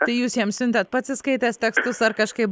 tai jūs jam siuntėt pats įskaitęs tekstus ar kažkaip